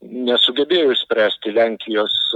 nesugebėjo išspręsti lenkijos